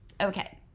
okay